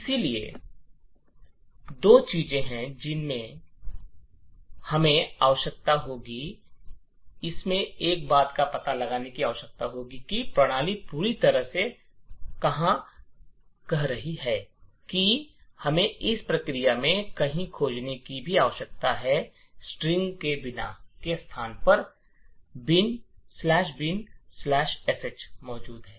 इसलिए दो चीजें हैं जिनकी हमें आवश्यकता होगी हमें इस बात का पता लगाने की आवश्यकता होगी कि प्रणाली पूरी प्रक्रिया में कहां रहती है और हमें इस प्रक्रिया में कहीं खोजने की भी आवश्यकता है स्ट्रिंग के स्थान बिनश ""binsh"" मौजूद है